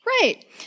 right